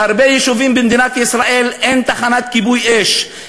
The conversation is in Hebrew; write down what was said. בהרבה יישובים במדינת ישראל אין תחנת כיבוי אש,